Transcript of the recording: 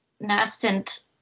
nascent